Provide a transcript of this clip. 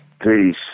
Peace